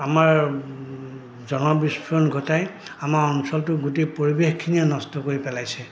আমাৰ জনবিস্ফুৰণ ঘটাই আমাৰ অঞ্চলটো গোটেই পৰিৱেশখিনিয়ে নষ্ট কৰি পেলাইছে